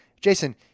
Jason